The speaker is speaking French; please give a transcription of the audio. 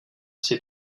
ses